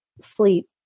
sleep